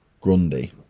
Grundy